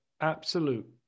absolute